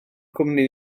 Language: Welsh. cwmni